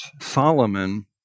Solomon